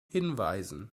hinweisen